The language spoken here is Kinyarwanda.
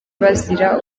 bazira